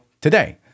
today